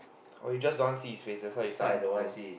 or you just don't want see his face that's why you tell him to go